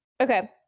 okay